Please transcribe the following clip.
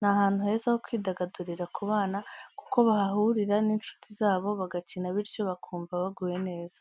Ni ahantu heza ho kwidagadurira ku bana, kuko bahahurira n'inshuti zabo bagakina bityo bakumva baguwe neza.